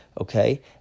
okay